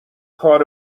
کار